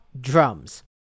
drums